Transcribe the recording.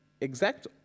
exact